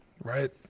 right